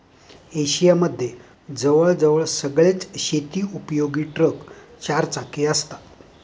Asia मध्ये जवळ जवळ सगळेच शेती उपयोगी ट्रक चार चाकी असतात